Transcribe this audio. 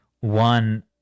One